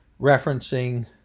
referencing